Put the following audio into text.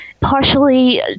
partially